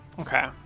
Okay